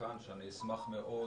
אשמח מאוד,